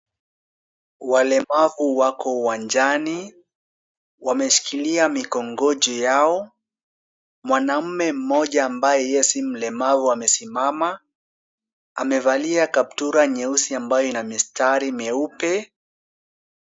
Walemavu wako uwanjani. Wameshikilia mikongoji yao. Mwanaume mmoja ambaye yeye si mlemavu amesimama. Amevalia kaptura nyeusi ambayo ina mistari mieupe.